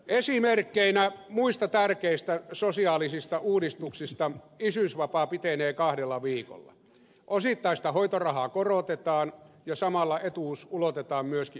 esimerkkeinä muista tärkeistä sosiaalisista uudistuksista isyysvapaa pitenee kahdella viikolla osittaista hoitorahaa korotetaan ja samalla etuus ulotetaan myöskin yrittäjille